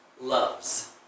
loves